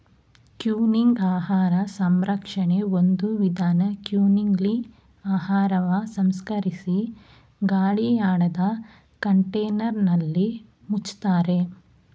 canning ಆಹಾರ ಸಂರಕ್ಷಣೆ ಒಂದು ವಿಧಾನ ಕ್ಯಾನಿಂಗ್ಲಿ ಆಹಾರವ ಸಂಸ್ಕರಿಸಿ ಗಾಳಿಯಾಡದ ಕಂಟೇನರ್ನಲ್ಲಿ ಮುಚ್ತಾರೆ